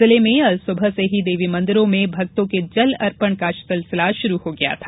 जिले में अल सुबह से ही देवी मंदिरों में भक्तों के जल अर्पण का सिलसिला जारी रहा